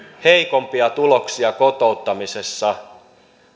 heikompia tuloksia kotouttamisessa